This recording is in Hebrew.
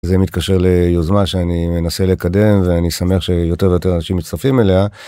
זה מתקשר ליוזמה שאני מנסה לקדם ואני שמח שיותר ויותר אנשים מצטרפים אליה.